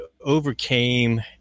overcame